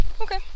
Okay